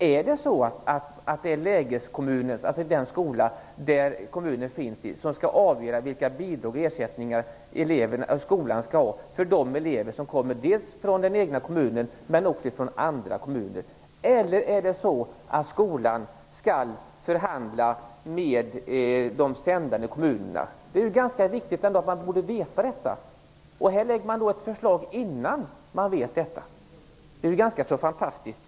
Är det skolan i den aktuella kommunen som skall avgöra vilka bidrag eller ersättningar som skolan skall ha för elever som kommer från den egna kommunen eller från andra kommuner? Eller skall skolan förhandla med de sändande kommunerna? Det är ganska viktigt att veta detta. Här läggs alltså ett förslag innan man vet det. Det är egentligen ganska fantastiskt.